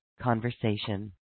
conversation